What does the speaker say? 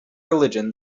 religion